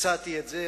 הצעתי את זה,